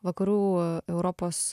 vakarų europos